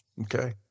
Okay